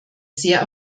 sehr